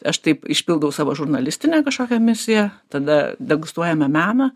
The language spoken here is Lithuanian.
aš taip išpildau savo žurnalistinę kažkokią misiją tada degustuojame meną